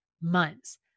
months